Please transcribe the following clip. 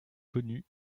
connu